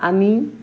আমি